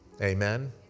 amen